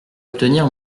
obtenir